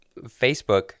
Facebook